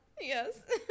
yes